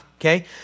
okay